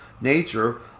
nature